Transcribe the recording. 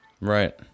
Right